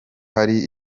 hari